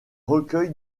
recueil